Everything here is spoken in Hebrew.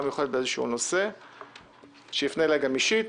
מיוחדת באיזשהו נושא שיפנה אליי גם אישית,